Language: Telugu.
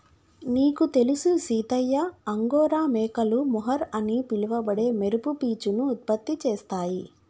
నీకు తెలుసు సీతయ్య అంగోరా మేకలు మొహర్ అని పిలవబడే మెరుపు పీచును ఉత్పత్తి చేస్తాయి